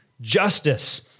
justice